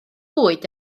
bwyd